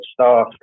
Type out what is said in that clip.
starstruck